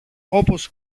όπως